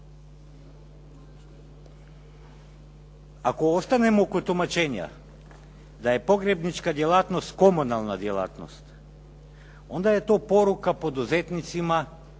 Ako ostanemo kod tumačenja da je pogrebnička djelatnost komunalna djelatnost, onda je to poruka poduzetnicima